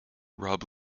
rob